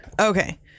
Okay